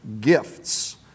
gifts